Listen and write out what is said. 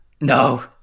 No